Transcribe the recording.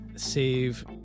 Save